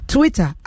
Twitter